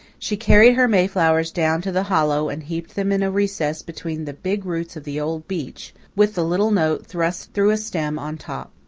she carried her mayflowers down to the hollow and heaped them in a recess between the big roots of the old beech, with the little note thrust through a stem on top.